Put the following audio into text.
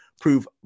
prove